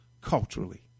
culturally